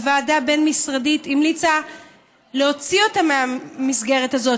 וועדה בין-משרדית המליצו להוציא אותה מהמסגרת הזאת,